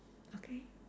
okay